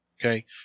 okay